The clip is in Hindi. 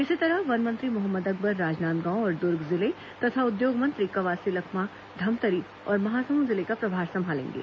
इसी तरह वन मंत्री मोहम्मद अकबर राजनांदगांव और दुर्ग जिले तथा उद्योग मंत्री कवासी लखमा धमतरी और महासमुन्द जिले का प्रभार संभालेंगे